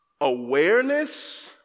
awareness